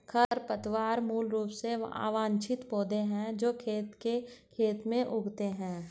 खरपतवार मूल रूप से अवांछित पौधे हैं जो खेत के खेत में उगते हैं